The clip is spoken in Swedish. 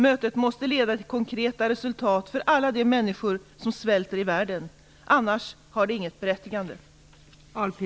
Mötet måste leda till konkreta resultat för alla de människor som svälter i världen. Annars har det inget berättigande.